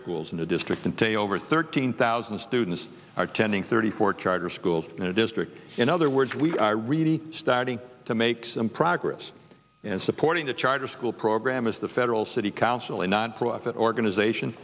schools in the district and take over thirteen thousand students are tending thirty four charter schools in the district in other words we are really starting to make some progress in supporting the charter school program is the federal city council a nonprofit organization